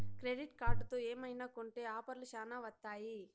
credit కార్డుతో ఏమైనా కొంటె ఆఫర్లు శ్యానా వత్తాయి